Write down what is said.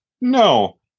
No